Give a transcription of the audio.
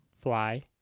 Fly